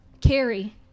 carry